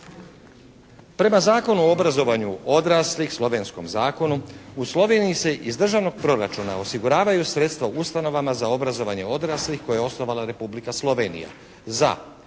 Prema Zakonu o obrazovanju odraslih, slovenskom zakonu u Sloveniji se iz Državnog proračuna osiguravaju sredstva u ustanovama za obrazovanje odraslih koje je osnovala Republika Slovenija.